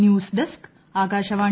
news desk Akashvani